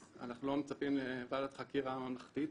אנחנו לא מצפים לוועדת חקירה ממלכתית.